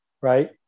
right